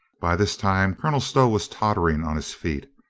by this time, colonel stow was tottering on his feet,